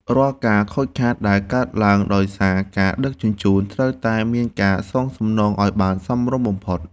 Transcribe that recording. រាល់ការខូចខាតដែលកើតឡើងដោយសារការដឹកជញ្ជូនត្រូវតែមានការសងសំណងឱ្យបានសមរម្យបំផុត។